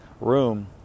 room